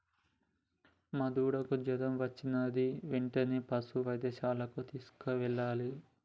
మా దూడకు జ్వరం వచ్చినది వెంటనే పసుపు వైద్యశాలకు తీసుకెళ్లాలి